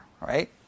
right